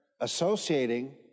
associating